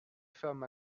femmes